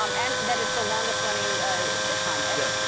um and that is the longest running sitcom ever.